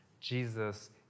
Jesus